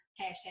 hashtag